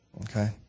Okay